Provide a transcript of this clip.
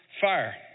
fire